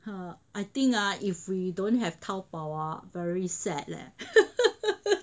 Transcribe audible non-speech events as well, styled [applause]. hmm I think ah if we don't have 淘宝 ah very sad leh [laughs]